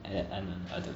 and then I don't I don't